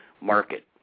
Market